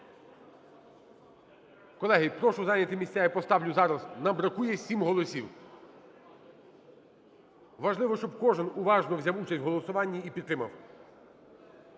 Колеги, прошу зайняти місця. Я поставлю зараз. Нам бракує 7 голосів. Важливо, щоб кожен уважно взяв участь в голосуванні і підтримав.